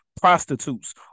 prostitutes